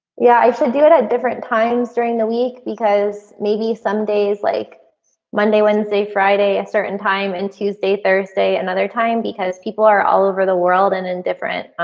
yeah, i should do it at different times during the week because maybe some days like monday, wednesday, friday a certain time and tuesday, thursday another time because people are all over the world and in different.